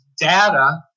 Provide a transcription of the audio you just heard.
data